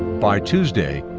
by tuesday,